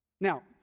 Now